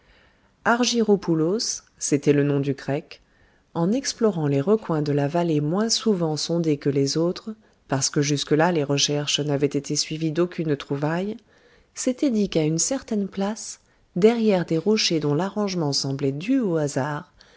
du grec en explorant les recoins de la vallée moins souvent sondés que les autres parce que jusque-là les recherches n'avaient été suivies d'aucune trouvaille s'était dit qu'à une certaine place derrière des rochers dont l'arrangement semblait dû au hasard